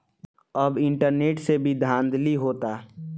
अब इंटरनेट से भी धांधली होता